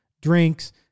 drinks